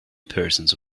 persons